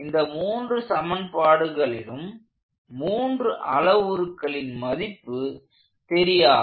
இந்த மூன்று சமன்பாடுகளிலும் மூன்று அளவுருக்களின் மதிப்பு தெரியாது